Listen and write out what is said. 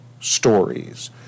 stories